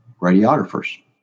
radiographers